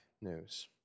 news